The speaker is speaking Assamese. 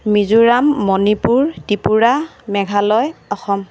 মিজোৰাম মণিপুৰ ত্ৰিপুৰা মেঘালয় অসম